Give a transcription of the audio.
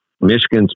Michigan's